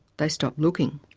they stop looking.